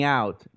out